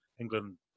England